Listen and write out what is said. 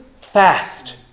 fast